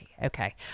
Okay